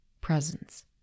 presence